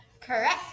correct